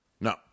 No